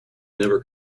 never